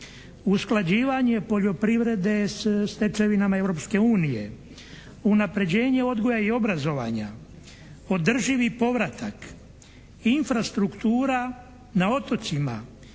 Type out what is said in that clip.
Usklađivanje poljoprivrede sa stečevinama Europske unije. Unapređenje odgoja i obrazovanja. Održivi povratak. Infrastruktura na otocima.